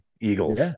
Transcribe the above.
eagles